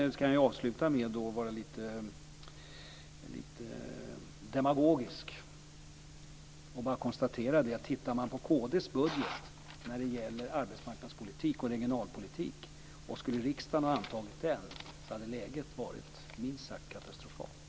Sedan kan jag avsluta med att vara lite demagogisk och bara konstatera att om riksdagen skulle ha antagit kd:s budget när det gäller arbetsmarknadspolitik och regionalpolitik, så hade läget varit minst sagt katastrofalt.